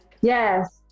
yes